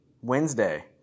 Wednesday